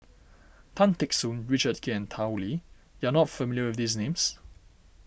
Tan Teck Soon Richard Kee and Tao Li you are not familiar with these names